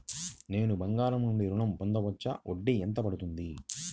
నేను బంగారం నుండి ఋణం పొందవచ్చా? వడ్డీ ఎంత పడుతుంది?